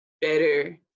better